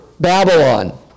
Babylon